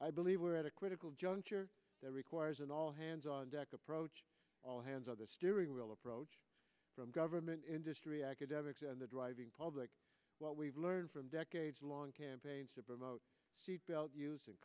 i believe we're at a critical juncture that requires an all hands on deck approach all hands on the steering wheel approach from government industry academics and the driving public what we've learned from decades long campaign to promote